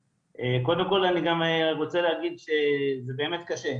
קודם כל אני גם רוצה להגיד שזה באמת קשה.